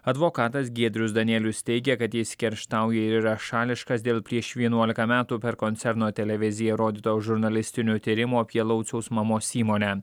advokatas giedrius danėlius teigia kad jis kerštauja yra šališkas dėl prieš vienuolika metų per koncerno televiziją rodyto žurnalistinio tyrimo apie lauciaus mamos įmonę